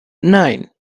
nine